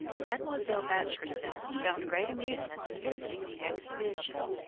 mademoiselle bashkirtseff found great amusement in visiting the exhibition,